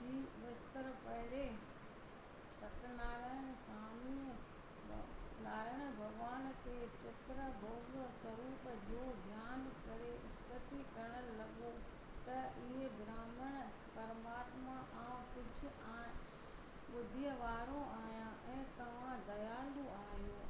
थी वस्त्र पैरे सत्यनारायण स्वामीअ ब नारायण भॻिवान ते चित्र भोॻ स्वरूप जो ध्यान करे स्तति करणु लॻो त इहे ब्राहमण परमात्मा आउं तुच्छ आहियां ॿुध्दिअ वारो आहियां ऐं तव्हां दयालु आहियो